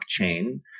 blockchain